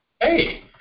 Hey